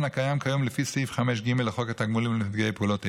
הקיים כיום לפי סעיף 5(ג) לחוק התגמולים לנפגעי פעולות איבה,